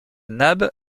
nab